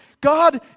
God